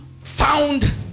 found